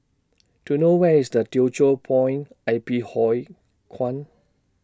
Do YOU know Where IS The Teochew Poit I P Huay Kuan